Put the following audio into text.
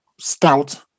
stout